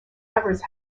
evers